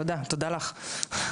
תודה לך.